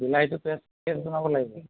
বিলাহীটো পেষ্ট বনাব লাগিব